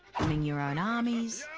man your own armies,